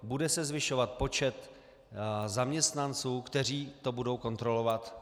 Bude se zvyšovat počet zaměstnanců, kteří to budou kontrolovat?